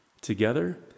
together